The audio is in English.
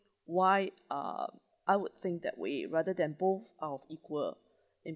why uh I would think that way rather than both are of equal